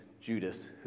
Judas